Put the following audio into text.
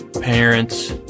parents